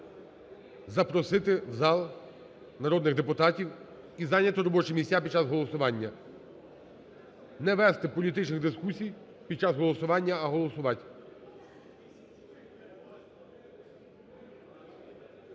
запросити в зал народних депутатів і зайняти робочі місця під час голосування, не вести політичних дискусій під час голосування, а голосувать.